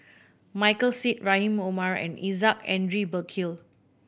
Michael Seet Rahim Omar and Isaac Henry Burkill